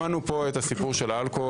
שמענו פה את הסיפור של האלכוהול.